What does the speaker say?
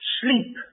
sleep